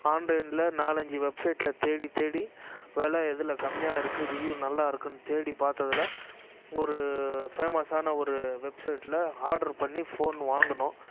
ஆன்லைனில் நாலஞ்சு வெப்சைட்டில் தேடித் தேடி வில எதில் கம்மியாக இருக்கு ரிவ்யூ நல்லா இருக்குன்னு தேடி பார்த்ததுல ஒரு ஃபேமஸான ஒரு வெப்சைட்டில் ஆர்டர் பண்ணி ஃபோன் வாங்குனோம்